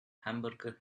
hamburger